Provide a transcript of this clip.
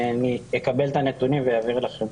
אני אקבל את הנתונים ואעביר לכם.